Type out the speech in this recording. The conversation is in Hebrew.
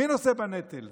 מי נושא בנטל?